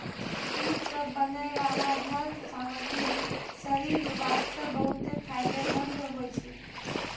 दूध सॅ बनै वाला हर सामग्री शरीर वास्तॅ बहुत फायदेमंंद होय छै